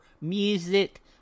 music